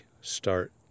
start